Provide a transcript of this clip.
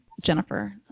Jennifer